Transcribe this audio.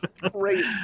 Great